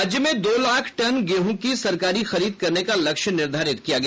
राज्य में दो लाख टन गेहूं की सरकारी खरीद करने का लक्ष्य निर्धारित किया गया